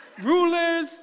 Rulers